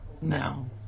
No